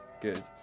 good